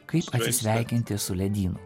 kaip atsisveikinti su ledynu